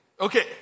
okay